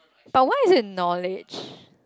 but why is it knowledge